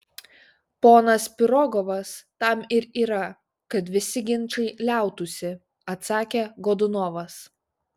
ponas pirogovas tam ir yra kad visi ginčai liautųsi atsakė godunovas